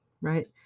right